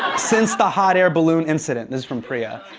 since the hot air balloon incident? this is from priya.